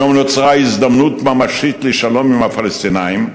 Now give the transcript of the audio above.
היום נוצרה הזדמנות ממשית לשלום עם הפלסטינים,